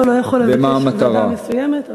כבודו לא יכול לבקש ועדה מסוימת.